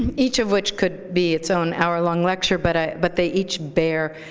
each of which could be its own hour-long lecture. but ah but they each bear,